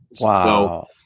Wow